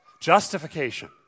Justification